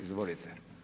Izvolite.